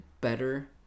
better